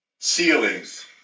ceilings